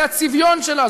זה הצביון שלה,